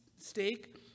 steak